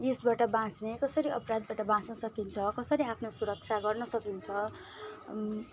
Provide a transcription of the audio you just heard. यसबाट बाच्ने कसरी अपराधबाट बाच्न सकिन्छ कसरी आफ्नो सुरक्षा गर्न सकिन्छ